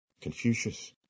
Confucius